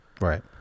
Right